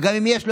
וגם אם יש,